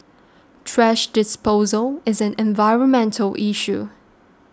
thrash disposal is an environmental issue